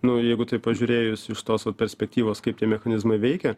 nu jeigu taip pažiūrėjus iš tos vat perspektyvos kaip tie mechanizmai veikia